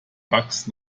bugs